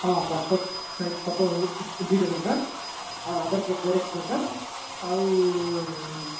ହଁ passport size photo ହେଉ ଦୁଇଟା ଦରକାର ଆଉ ଆଧାର କାର୍ଡ଼ ଜେରକ୍ସ୍ ଦରକାର ଆଉ